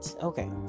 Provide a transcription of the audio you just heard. okay